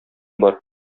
бар